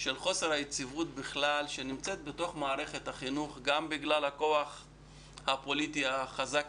חוסר יציבות בכלל במערכת החינוך גם בגלל הכוח הפוליטי החזק